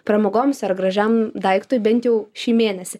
pramogoms ar gražiam daiktui bent jau šį mėnesį